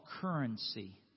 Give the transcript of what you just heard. currency